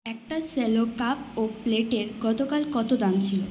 একটা Cello cup ও প্লেটের গতকাল কত দাম ছিল